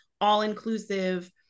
all-inclusive